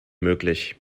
möglich